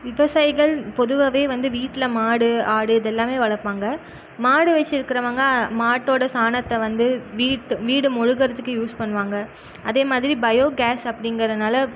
விவசாயிகள் பொதுவாகவே வந்து வீட்டில் மாடு ஆடு இது எல்லாமே வளர்ப்பாங்க மாடு வச்சுருக்கவங்க மாட்டோட சாணத்தை வந்து வீட்டு வீடு மொழுகுகிறதுக்கு யூஸ் பண்ணுவாங்க அதே மாதிரி பயோ கேஸ் அப்படிங்கறனால